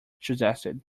suggested